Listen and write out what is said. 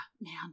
man